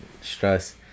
stress